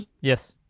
yes